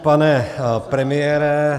Pane premiére.